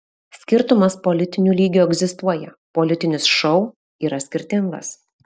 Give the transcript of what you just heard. skirtumas politiniu lygiu egzistuoja politinis šou yra skirtingas